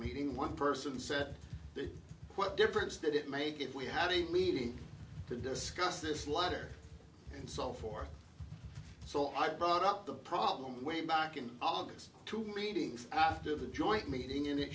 meeting one person said what difference did it make if we have a meeting to discuss this letter and so forth so i brought up the problem way back in august two meetings after the joint meeting and it